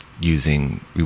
using